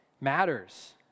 matters